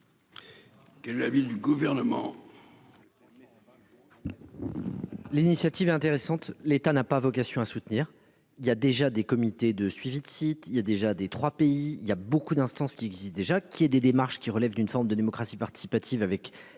Quel est l'avis du Gouvernement ?